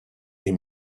est